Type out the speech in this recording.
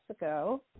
Mexico